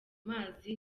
mazi